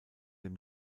dem